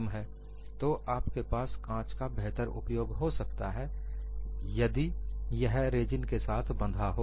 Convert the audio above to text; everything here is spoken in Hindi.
तो आपके पास कांच का बेहतर उपयोग हो सकता है यदि यह रेजिन के साथ बंधा हो